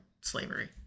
slavery